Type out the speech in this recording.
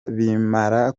nibamara